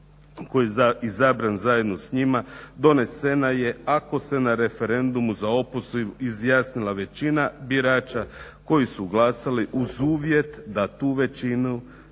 koji je izabran zajedno s njima donesena je ako se na referendumu za opoziv izjasnila većina birača koji su glasali uz uvjet da ta većina